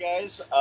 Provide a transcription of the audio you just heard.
guys